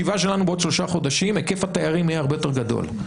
בישיבה שלנו בעוד שלושה חודשים היקף התיירים יהיה הרבה יותר גדול.